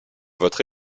votre